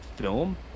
film